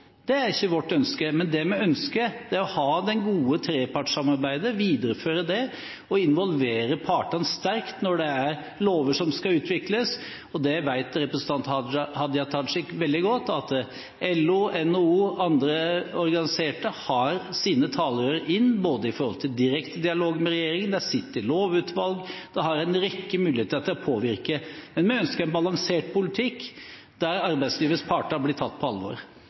Det er ikke vårt ønske. Det vi ønsker, er å ha det gode trepartssamarbeidet og videreføre det og involvere partene sterkt når det er lover som skal utvikles. Representanten Hadia Tajik vet veldig godt at LO, NHO og andre organiserte har sine talerør inn i direkte dialog med regjeringen, de sitter i lovutvalg og har en rekke muligheter til å påvirke. Vi ønsker en balansert politikk, der arbeidslivets parter blir tatt på alvor.